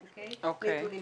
אוקי,